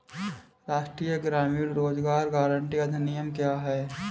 राष्ट्रीय ग्रामीण रोज़गार गारंटी अधिनियम क्या है?